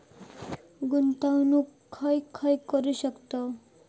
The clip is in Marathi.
गुंतवणूक खय खय करू शकतव?